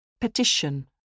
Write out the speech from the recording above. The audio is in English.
Petition